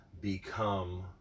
become